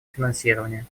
финансирования